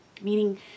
Meaning